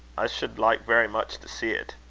i should like very much to see it.